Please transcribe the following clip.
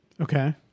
Okay